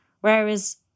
whereas